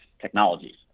technologies